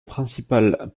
principale